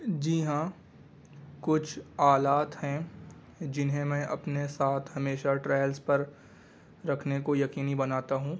جی ہاں کچھ آلات ہیں جنہیں میں اپنے ساتھ ہمیشہ ٹریلس پر رکھنے کو یقینی بناتا ہوں